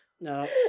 No